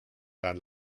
dann